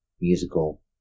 musical